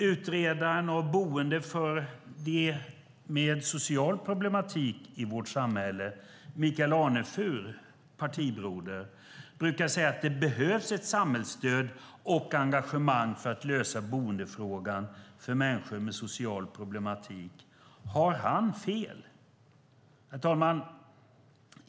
Utredaren av boende för dem med social problematik i vårt samhälle, Michael Anefur, partibroder, brukar säga att det behövs ett samhällsstöd och engagemang för att lösa boendefrågan för människor med social problematik. Har han fel? Herr talman!